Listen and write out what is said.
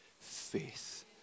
faith